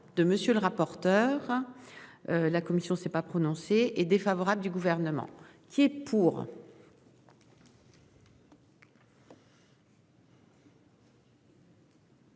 le rapporteur. La commission ne s'est pas prononcé est défavorable du gouvernement qui est pour.